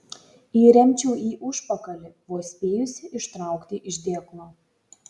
įremčiau į užpakalį vos spėjusi ištraukti iš dėklo